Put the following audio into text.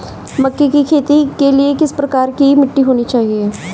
मक्के की खेती के लिए किस प्रकार की मिट्टी होनी चाहिए?